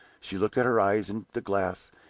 she looked at her eyes in the glass,